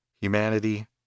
humanity